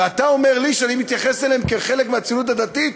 ואתה אומר לי שאני מתייחס אליהם כאל חלק מהציונות הדתית.